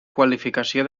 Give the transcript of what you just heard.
qualificació